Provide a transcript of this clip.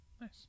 Nice